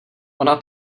ona